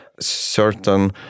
certain